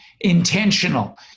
intentional